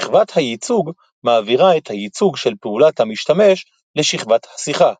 שכבת הייצוג מעבירה את הייצוג של פעולת המשתמש לשכבת השיחה,